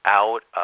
out